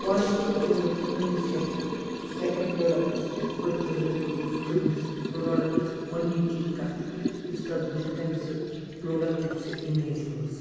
positive دِمہٕ بہٕ تہٕنٛدِس یتھ سیٚکَنٛڈ پرٛوڈَکٹَس یِتھٕ پٲٹھۍ حضرت کہِ یُس تہٕنٛدِس پرٛوڈَکٹَس گۄڈنِچی کتھ یُس تتھ بُتھِ کَنہِ سُہ پرٛوڈَکٹٕچ سۄ اِمیج ٲسۍ